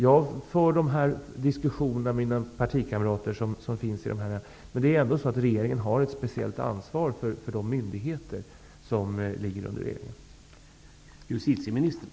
Jag för givetvis dessa diskussioner med mina partikamrater i dessa organ. Men regeringen har ändå ett speciellt ansvar för de myndigheter som ligger under regeringen.